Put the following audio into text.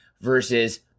versus